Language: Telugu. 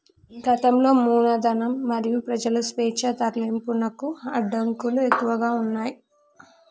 గతంలో మూలధనం మరియు ప్రజల స్వేచ్ఛా తరలింపునకు అడ్డంకులు ఎక్కువగా ఉన్నయ్